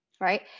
Right